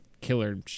Killer